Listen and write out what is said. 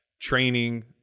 training